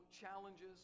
challenges